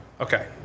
Okay